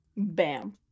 Bam